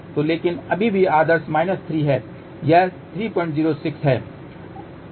तो लेकिन अभी भी आदर्श 3 है यह 306 है